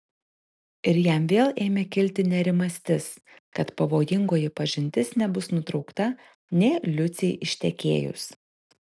ir jam vėl ėmė kilti nerimastis kad pavojingoji pažintis nebus nutraukta nė liucei ištekėjus